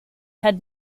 had